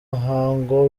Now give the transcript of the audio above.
muhango